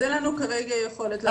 אז אין לנו כרגע יכולת לעשות את זה.